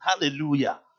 hallelujah